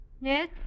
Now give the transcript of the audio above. Yes